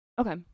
Okay